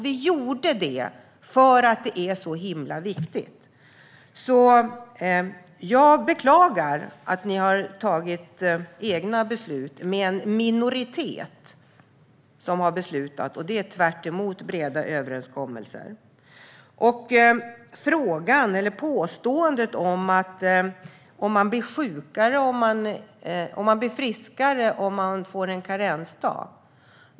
Vi gjorde detta för att det är så himla viktigt. Jag beklagar att ni har tagit egna beslut. Det är en minoritet som har beslutat, och det är tvärtemot breda överenskommelser. Blir man friskare om man får en karensdag?